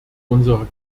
unsere